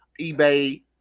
eBay